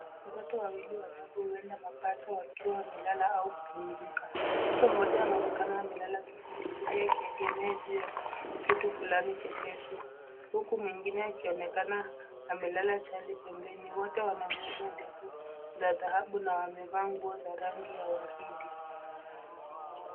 Watoto wawili wadogo, huenda mapacha wakiwa wamelala au kupumzika. Mtoto mmoja anaonekana amelala kifudifudi akiegemea juu ya kitu fulani chepesi, huku mwingine akionekana amelala chali pembeni. Wote wana nywele ndefu za dhahabu na wamevaa nguo za rangi ya waridi.